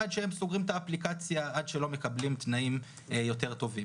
שהם סוגרים את האפליקציה עד שלא מקבלים תנאים יותר טובים.